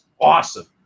awesome